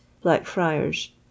Blackfriars